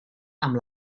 amb